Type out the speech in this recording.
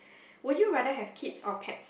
would you rather have kids or pets